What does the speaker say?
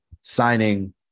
signing